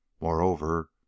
Moreover